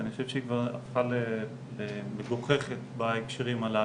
ואני חושב שהיא כבר הפכה למגוחכת בהקשרים הללו.